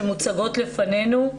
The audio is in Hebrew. שמוצגות לפנינו.